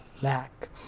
lack